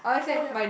oh ya